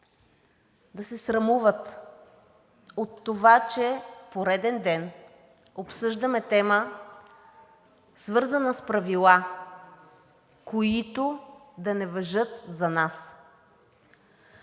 да се срамуват от това, че пореден ден обсъждаме тема, свързана с правила, които да не важат за нас.